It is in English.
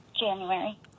January